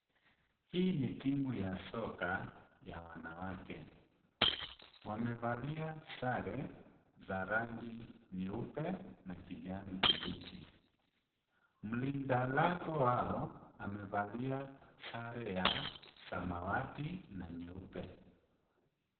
Hii ni timu ya soka ya wanawake, wamevalia sare za rangi nyeupe na kijani kibichi, mlinda lango wao wamevalia sare ya samawati na nyeupe.